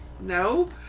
no